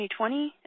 2020